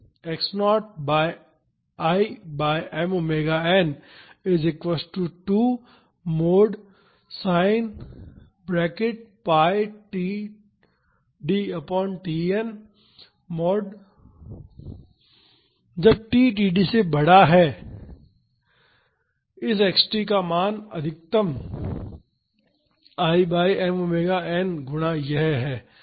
तो जब t td से बड़ा है इस x t का अधिकतम मान I by m omega n गुणा यह है